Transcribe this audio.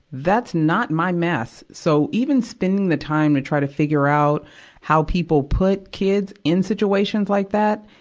that's not my mess. so, even spending the time to try to figure out how people put kids in situations like that.